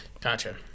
Gotcha